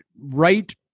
right